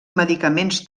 medicaments